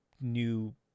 new